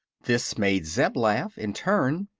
this made zeb laugh, in turn,